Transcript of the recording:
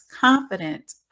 confident